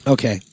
Okay